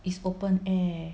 is open air